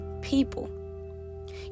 people